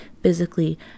physically